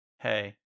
Hey